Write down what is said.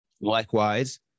Likewise